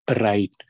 Right